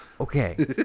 Okay